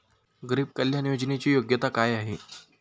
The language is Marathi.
गरीब कल्याण योजनेची योग्यता काय आहे?